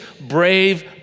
brave